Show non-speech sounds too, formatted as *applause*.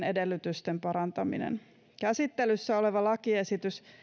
*unintelligible* edellytysten parantaminen käsittelyssä oleva lakiesitys